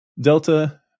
Delta